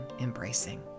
embracing